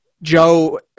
joe